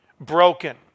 broken